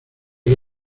que